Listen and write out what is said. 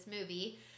movie